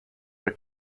are